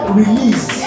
release